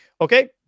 Okay